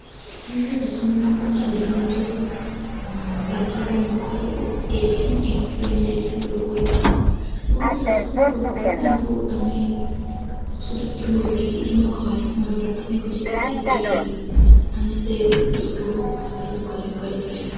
ପଶୁପାଳନରେ ପଶୁମାନଙ୍କୁ ସାଧାରଣତଃ ପାଦ ଏବଂ ମୁଖ ରୋଗ ଏଭିଆନ୍ ଇନଫ୍ଲୁଏଞ୍ଜା ଇତ୍ୟାଦି ରୋଗ ହେଇଥାଏ ଏବଂ ସେସବୁ ରୋଗକୁ ଆମକୁ ଆମେ ପଶୁ ଡାକ୍ତରଙ୍କୁ ଡାକିକି କିମ୍ବା ଘରେ ଆମର ପ୍ରାଥମିକ ଚିକିତ୍ସା କରିକି ଆମେ ସେ ଯେଉଁ ରୋଗକୁ ପ୍ରତିରୋଧ କରି କରିପାରିବା